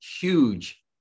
huge